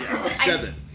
Seven